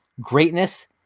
greatness